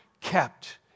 kept